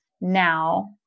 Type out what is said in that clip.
now